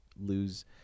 lose